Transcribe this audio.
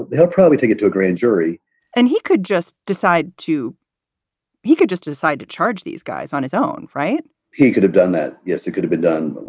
they'll probably take it to a grand jury and he could just decide to he could just decide to charge these guys on his own right he could have done that. yes, it could have been done